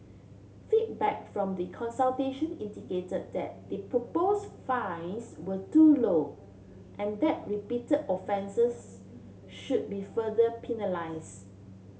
feedback from the consultation indicated that the propose fines were too low and that repeated offences should be further penalise